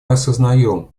осознаем